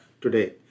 today